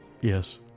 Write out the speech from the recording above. Yes